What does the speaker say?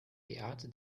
beate